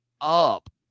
Up